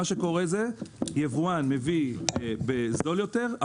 יבואן מביא בזול יותר,